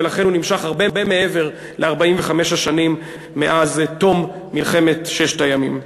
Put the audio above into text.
ולכן הוא נמשך הרבה מעבר ל-45 השנים שמאז תום מלחמת ששת הימים.